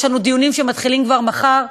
יש לנו דיונים שמתחילים כבר מחר.